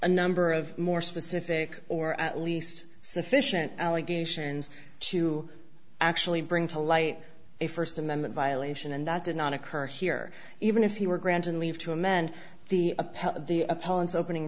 a number of more specific or at least sufficient allegations to actually bring to light a first amendment violation and that did not occur here even if he were granted leave to amend the appellant's opening